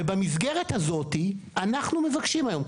ובמסגרת הזאת אנחנו מבקשים היום,